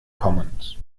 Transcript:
commons